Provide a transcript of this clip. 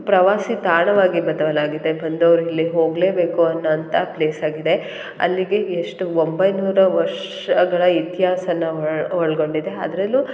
ಪ್ರವಾಸಿ ತಾಣವಾಗಿ ಬದಲಾಗಿದೆ ಬಂದೋರು ಇಲ್ಲಿ ಹೋಗಲೇಬೇಕು ಅನ್ನೋ ಅಂಥ ಪ್ಲೇಸ್ ಆಗಿದೆ ಅಲ್ಲಿಗೆ ಎಷ್ಟು ಒಂಬೈನೂರು ವರ್ಷಗಳ ಇತಿಹಾಸನ ಒಳ್ ಒಳಗೊಂಡಿದೆ ಅದರಲ್ಲೂ